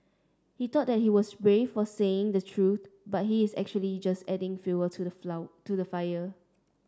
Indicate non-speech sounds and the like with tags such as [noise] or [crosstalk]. he thought that he was brave for saying the truth but he is actually just adding fuel to the [unintelligible] to the fire